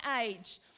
age